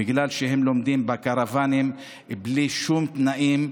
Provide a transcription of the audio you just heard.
בגלל שהם לומדים בקרוונים בלי שום תנאים,